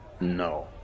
No